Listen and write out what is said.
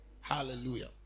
Hallelujah